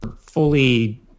fully